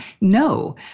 No